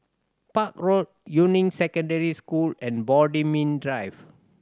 Park Road Yuying Secondary School and Bodmin Drive